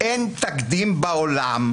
אין תקדים בעולם,